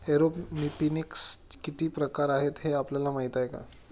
एरोपोनिक्सचे किती प्रकार आहेत, हे आपल्याला माहित आहे का?